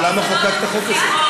אבל למה חוקקת את החוק הזה?